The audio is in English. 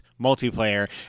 multiplayer